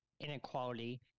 inequality